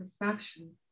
perfection